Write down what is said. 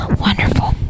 Wonderful